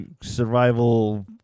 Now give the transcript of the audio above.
survival